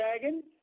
dragon